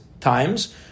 times